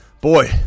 Boy